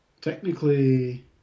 technically